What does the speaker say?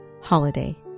holiday